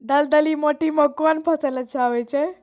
दलदली माटी म कोन फसल अच्छा होय छै?